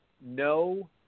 No